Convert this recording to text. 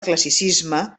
classicisme